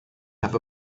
have